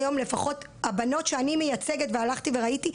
הבנות שאני מייצגת והלכתי וראיתי,